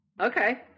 Okay